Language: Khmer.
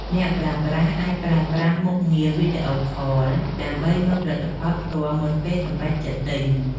អ្នកប្រើប្រាស់អាចប្រើប្រាស់មុខងារវីដេអូខល ដើម្បីមើលផលិតផលផ្ទាល់មុនពេលសម្រេចចិត្តទិញ។